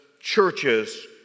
churches